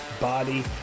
body